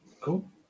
cool